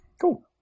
Cool